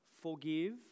forgive